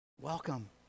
Welcome